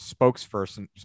spokesperson